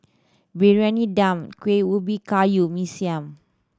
Briyani Dum Kueh Ubi Kayu Mee Siam